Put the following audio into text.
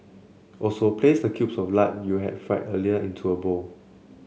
also place the cubes of lard you had fried earlier into a bowl